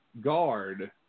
guard